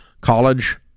college